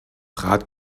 rat